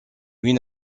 huit